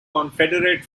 confederate